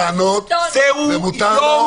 זהו יום